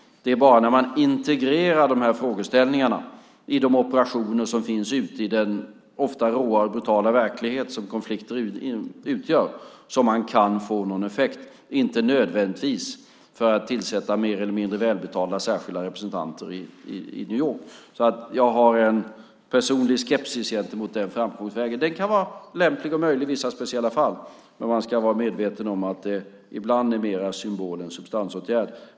Det är bara när man integrerar dessa frågeställningar i de operationer som finns ute i den ofta råa och brutala verklighet som konflikter utgör som man kan få någon effekt, inte nödvändigtvis för att tillsätta mer eller mindre välbetalda särskilda representanter i New York. Jag har alltså en personlig skepsis gentemot den framkomstvägen. Den kan vara lämplig och möjlig i vissa speciella fall. Men man ska vara medveten om att det ibland är mer symbol än substansåtgärd.